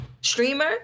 streamer